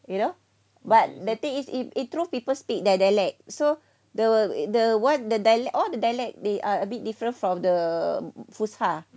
you know but the thing is if it true people speak their dialect so the the what the dialect all the dialect they are a bit different from the fusha